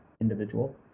individual